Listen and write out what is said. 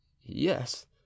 yes